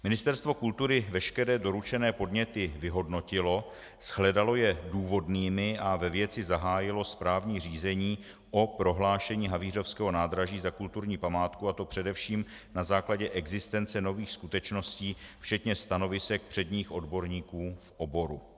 Ministerstvo kultury veškeré doručené podněty vyhodnotilo, shledalo je důvodnými a ve věci zahájilo správní řízení o prohlášení havířovského nádraží za kulturní památku, a to především na základě existence nových skutečností včetně stanovisek předních odborníků v oboru.